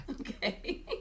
Okay